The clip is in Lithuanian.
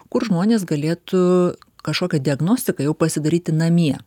kur žmonės galėtų kažkokią diagnostiką jau pasidaryti namie